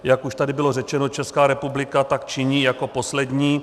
Jak už tady bylo řečeno, Česká republika tak činí jako poslední.